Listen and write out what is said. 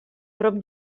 prop